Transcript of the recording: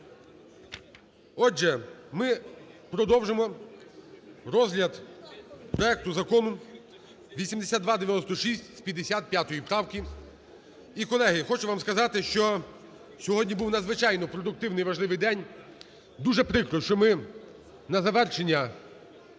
Отже, ми продовжимо розгляд проекту Закону 8296 з 55 правки. І, колеги, хочу вам сказати, що сьогодні був надзвичайно продуктивний і важливий день. Дуже прикро, що ми на завершення